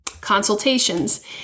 consultations